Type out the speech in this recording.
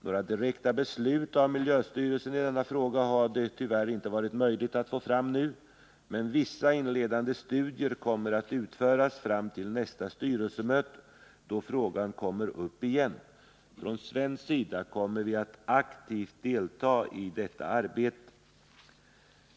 Några direkta beslut av miljöstyrelsen i denna fråga har det tyvärr inte varit möjligt att få fram nu, men vissa inledande studier kommer att utföras fram till nästa styrelsemöte, då frågan kommer upp igen. Från svensk sida kommer vi att aktivt delta i detta arbete.